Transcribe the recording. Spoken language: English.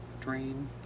Drain